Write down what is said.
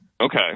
Okay